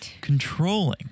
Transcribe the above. controlling